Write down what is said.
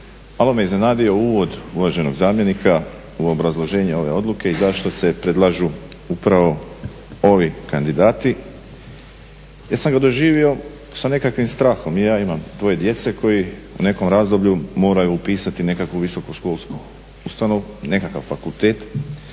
malo me iznenadio uvod uvaženog zamjenika u obrazloženju ove odluke i zašto se predlažu upravo ovi kandidati jer sam ga doživio sa nekakvim strahom. I ja imam dvoje djece koji u nekom razdoblju moraju upisati nekakvu visoku školsku ustanovu, nekakav fakultet